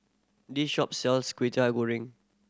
this shop sells Kwetiau Goreng